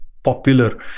popular